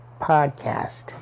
Podcast